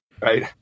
Right